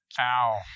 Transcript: Ow